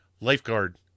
lifeguard